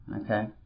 Okay